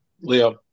Leo